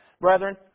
Brethren